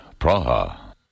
Praha